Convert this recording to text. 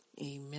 Amen